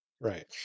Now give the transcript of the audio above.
right